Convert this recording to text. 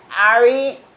Ari